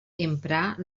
emprar